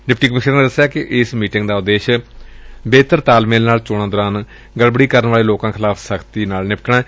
deputy commissioner ਨੇ ਦੱਸਿਆ ਕਿ ਇਸ ਬੈਠਕ ਦਾ ਉਦੇਸ਼ ਬਿਹਤਰ ਤਾਲਮੇਲ ਨਾਲ ਚੌਣਾਂ ਦੌਰਾਨ ਗੜਬੜੀ ਕਰਨ ਵਾਲੇ ਲੋਕਾਂ ਖਿਲਾਫ ਸ਼ਖਤੀ ਨਾਲ ਨਿਪਟਣਾ ਏ